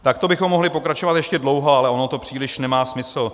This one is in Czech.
Takto bychom mohli pokračovat ještě dlouho, ale ono to nemá příliš smysl.